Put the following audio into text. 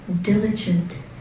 diligent